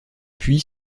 puis